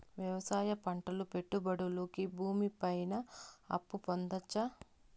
వ్యవసాయం పంటల పెట్టుబడులు కి భూమి పైన అప్పు పొందొచ్చా?